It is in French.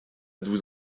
douze